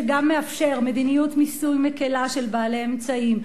שגם מאפשר מדיניות מיסוי מקלה על בעלי אמצעים,